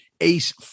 Ace